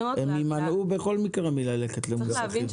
בכל מקרה הם יימנעו מללכת למוסכים.